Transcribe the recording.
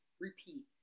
repeat